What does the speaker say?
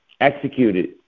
executed